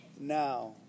now